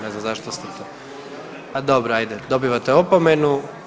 Ne znam zašto ste to. … [[Upadica sa strane, ne čuje se.]] Pa dobro hajde, dobivate opomenu.